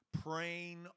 Praying